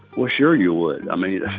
well, sure you would. i mean,